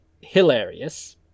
hilarious